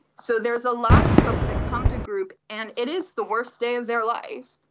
so there is a lot of folks that come to group, and it is the worst day of their life,